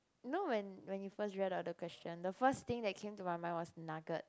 you know when when you first read out the question the first thing that came to my mind was nugget